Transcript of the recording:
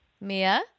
Mia